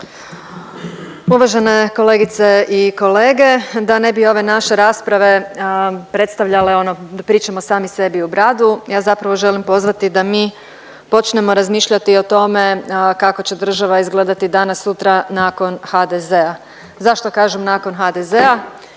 Uvažene kolegice i kolege, da ne bi ove naše rasprave predstavljale ono pričamo sami sebi u bradu ja zapravo želim pozvati da mi počnemo razmišljati o tome kako će država izgledati danas sutra nakon HDZ-a. Zašto kažem nakon HDZ-a?